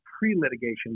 pre-litigation